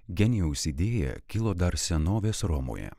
genijaus idėja kilo dar senovės romoje